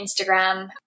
Instagram